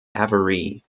avery